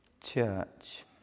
Church